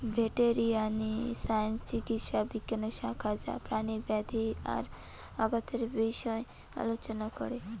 veterinary science চিকিৎসা বিজ্ঞানের শাখা যা প্রাণীর ব্যাধি আর আঘাতের বিষয় আলোচনা করে